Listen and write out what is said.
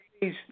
please